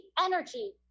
energy